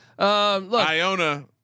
Iona